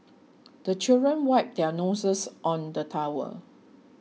the children wipe their noses on the towel